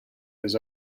his